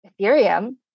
Ethereum